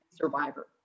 survivor